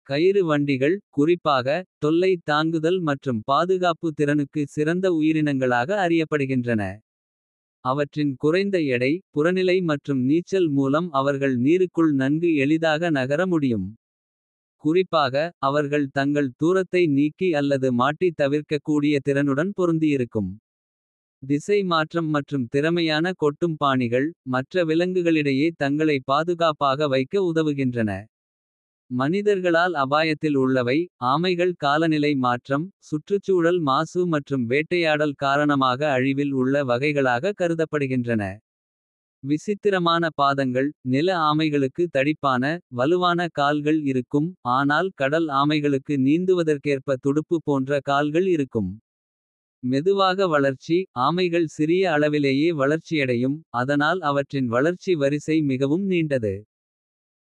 கயிறு வண்டிகள் குறிப்பாக தொல்லை தாங்குதல். மற்றும் பாதுகாப்பு திறனுக்கு சிறந்த உயிரினங்களாக. அறியப்படுகின்றன அவற்றின் குறைந்த எடை. புறநிலை மற்றும் நீச்சல் மூலம் அவர்கள் நீருக்குள் நன்கு. எளிதாக நகர முடியும் குறிப்பாக அவர்கள் தங்கள். தூரத்தை நீக்கி அல்லது மாட்டி தவிர்க்கக் கூடிய திறனுடன். பொருந்தியிருக்கும் திசை மாற்றம் மற்றும் திறமையான. கொட்டும் பாணிகள் மற்ற விலங்குகளிடையே தங்களை. பாதுகாப்பாக வைக்க உதவுகின்றன.